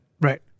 Right